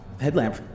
headlamp